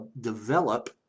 develop